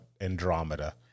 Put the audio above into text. andromeda